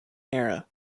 era